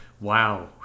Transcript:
wow